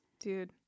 dude